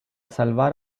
salvar